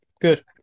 Good